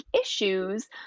issues